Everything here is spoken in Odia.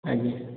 ଆଜ୍ଞା